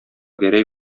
гәрәй